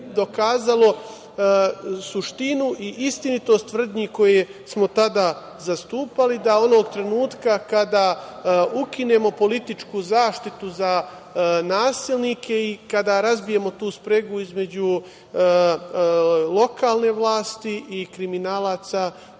dokazalo suštinu i istinitost tvrdnji koje smo tada zastupali, da onog trenutka kada ukinemo političku zaštitu za nasilnike i kada razbijemo tu spregu između lokalne vlasti i kriminalaca